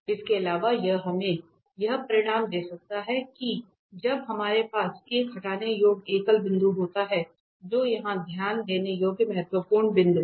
इसके अलावा यह हमें यह परिणाम दे सकता है कि जब हमारे पास एक हटाने योग्य एकल बिंदु होता है जो यहां ध्यान देने योग्य महत्वपूर्ण बिंदु है